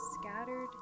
scattered